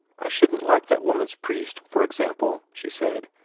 i shouldn't like that woman's priest, for example, she said,